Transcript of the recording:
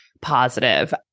positive